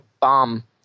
bomb